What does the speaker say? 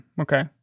okay